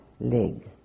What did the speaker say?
leg